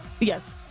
yes